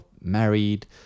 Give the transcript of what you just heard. married